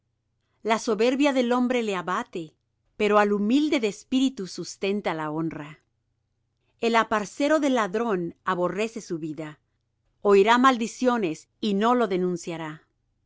la soberbia del hombre le abate pero al humilde de espíritu sustenta la honra el aparcero del ladrón aborrece su vida oirá maldiciones y no lo denunciará